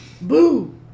boo